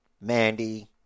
Mandy